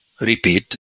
repeat